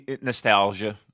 nostalgia